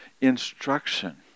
instruction